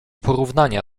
porównania